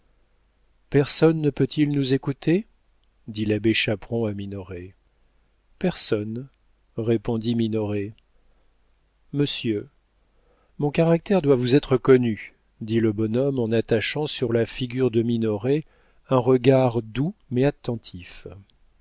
personne ne peut-il nous écouter dit l'abbé chaperon à minoret personne répondit minoret monsieur mon caractère doit vous être connu dit le bonhomme en attachant sur la figure de minoret un regard doux mais attentif